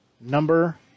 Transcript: Number